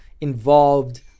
involved